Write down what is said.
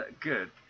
Good